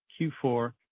Q4